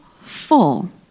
full